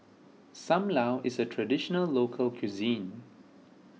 Sam Lau is a Traditional Local Cuisine